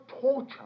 torture